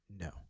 No